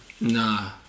nah